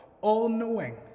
all-knowing